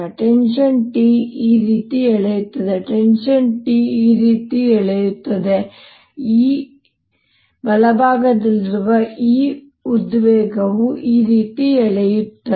tension T ಈ ರೀತಿ ಎಳೆಯುತ್ತದೆ ಬಲಭಾಗದಲ್ಲಿರುವ ಈ ಉದ್ವೇಗವು ಈ ರೀತಿ ಎಳೆಯುತ್ತಿದೆ